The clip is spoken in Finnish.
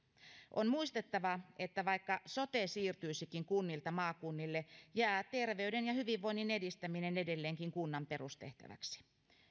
on muistettava että vaikka sote siirtyisikin kunnilta maakunnille jää terveyden ja hyvinvoinnin edistäminen edelleenkin kunnan perustehtäväksi